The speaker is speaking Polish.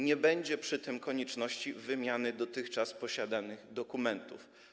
Nie będzie przy tym konieczności wymiany dotychczas posiadanych dokumentów.